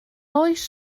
oes